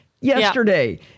yesterday